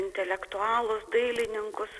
intelektualus dailininkus